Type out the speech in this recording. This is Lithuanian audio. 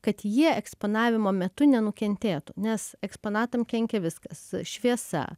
kad jie eksponavimo metu nenukentėtų nes eksponatam kenkia viskas šviesa